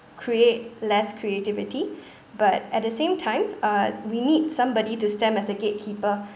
create less creativity but at the same time uh we need somebody to stand as a gatekeeper